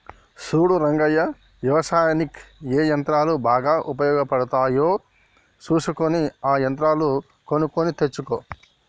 సూడు రంగయ్య యవసాయనిక్ ఏ యంత్రాలు బాగా ఉపయోగపడుతాయో సూసుకొని ఆ యంత్రాలు కొనుక్కొని తెచ్చుకో